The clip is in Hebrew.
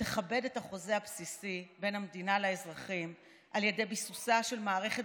שתכבד את החוזה הבסיסי בין המדינה לאזרחים על ידי ביסוסה של מערכת